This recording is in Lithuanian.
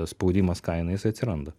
spaudimas kainai jisai atsiranda